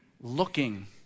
looking